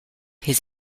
his